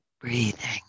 breathing